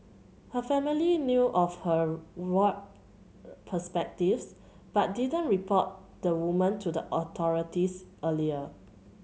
her family knew of her warped perspectives but didn't report the woman to the authorities earlier